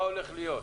מה הולך להיות.